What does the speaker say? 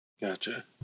Gotcha